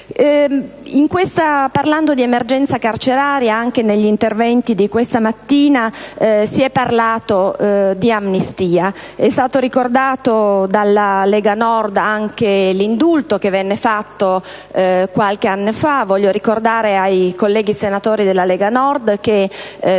tema di emergenza carceraria, anche negli interventi di questa mattina si è parlato di amnistia. È stato ricordato dalla Lega Nord anche l'indulto di qualche anno fa. Voglio ricordare ai colleghi senatori della Lega Nord che